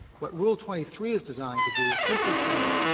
what rule twenty three is designed to do is simply say